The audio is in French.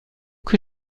que